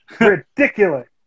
Ridiculous